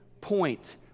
point